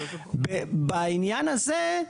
בעניין הזה,